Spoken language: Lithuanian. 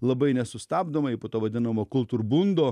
labai nesustabdomai po to vadinamo kulturbundo